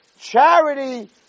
charity